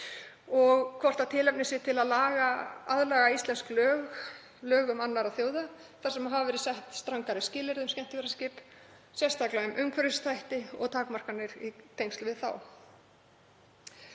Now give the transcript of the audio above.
og hvort tilefni sé til að aðlaga íslensk lög lögum annarra þjóða þar sem hafa verið sett strangari skilyrði um skemmtiferðaskip, sérstaklega um umhverfisþætti og takmarkanir í tengslum við þá.